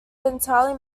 entirely